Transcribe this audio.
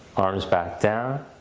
arms back down,